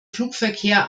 flugverkehr